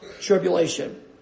tribulation